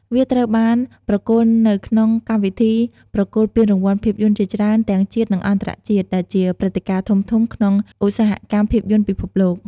វាត្រូវបានប្រគល់នៅក្នុងកម្មវិធីប្រគល់ពានរង្វាន់ភាពយន្តជាច្រើនទាំងជាតិ និងអន្តរជាតិ ដែលជាព្រឹត្តិការណ៍ធំៗក្នុងឧស្សាហកម្មភាពយន្តពិភពលោក។